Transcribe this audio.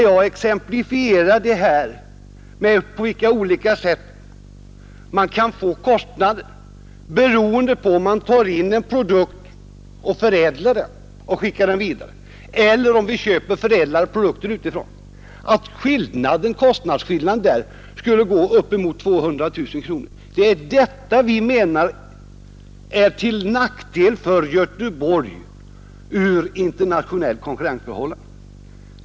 Jag exemplifierar detta med vilka kostnader det blir om man tar in en produkt, förädlar den och skickar den vidare, eller om man köper förädlade produkter utifrån. Kostnadsskillnaden skulle vara uppemot 200 000 kronor. Det är detta vi menar vara till nackdel för Göteborg ur internationell konkurrenssynpunkt.